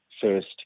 first